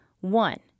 One